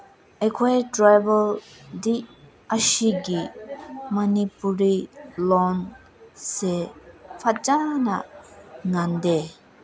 ꯑꯩꯈꯣꯏ ꯇ꯭ꯔꯥꯕꯦꯜꯗꯤ ꯑꯁꯤꯒꯤ ꯃꯅꯤꯄꯨꯔꯤ ꯂꯣꯟꯁꯦ ꯐꯖꯅ ꯉꯥꯥꯡꯗꯦ